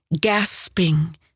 gasping